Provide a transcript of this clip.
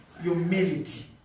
Humility